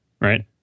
right